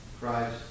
Christ